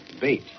bait